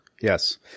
Yes